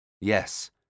Yes